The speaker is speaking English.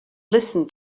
listen